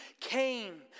came